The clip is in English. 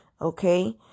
okay